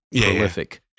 prolific